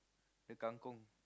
the kangkung